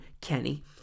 Kenny